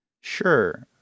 sure